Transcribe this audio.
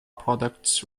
products